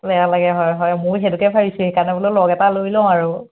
বেয়া লাগে হয় হয় ময়ো সেইটোকে ভাবিছোঁ সেইকাৰণে বোলো লগ এটা লৈ লওঁ আৰু